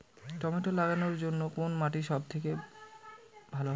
Tomato লাগানোর জন্যে কোন মাটি সব থেকে ভালো হবে?